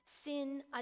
sin